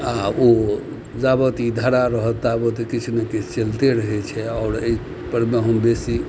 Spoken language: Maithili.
आओर ओ जावत ई धारा रहत ताबत किछु ने किछु चलते रहय छै आओर अइ परमे हम बेसी